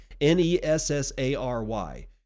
N-E-S-S-A-R-Y